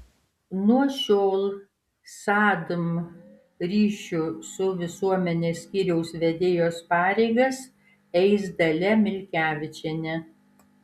nuo šiol sadm ryšių su visuomene skyriaus vedėjos pareigas eis dalia milkevičienė